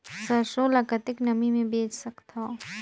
सरसो ल कतेक नमी मे बेच सकथव?